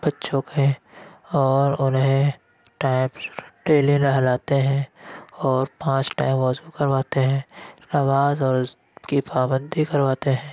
بچوں کے اور انہیں ٹائم ڈیلی نہلاتے ہیں اور پانچ ٹائم وضو کرواتے ہیں نماز اور اس کی پابندی کرواتے ہیں